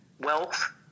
wealth